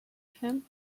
him